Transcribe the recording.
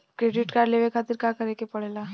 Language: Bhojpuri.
क्रेडिट कार्ड लेवे खातिर का करे के पड़ेला?